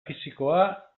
fisikoa